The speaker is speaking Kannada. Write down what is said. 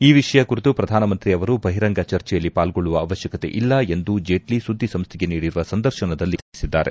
ಈ ವಿಷಯ ಕುರಿತು ಪ್ರಧಾನಮಂತ್ರಿ ಅವರು ಬಹಿರಂಗ ಚರ್ಚೆಯಲ್ಲಿ ಪಾಲೊಳ್ಳುವ ಅವಶ್ವಕತೆ ಇಲ್ಲ ಎಂದು ಜೇಟ್ಲ ಸುದ್ಗಿ ಸಂಸ್ನೆಗೆ ನೀಡಿರುವ ಸಂದರ್ಶನದಲ್ಲಿ ಪ್ರತಿಕ್ರಿಯಿಸಿದ್ಗಾರೆ